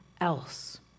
else